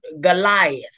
Goliath